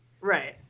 Right